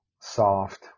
soft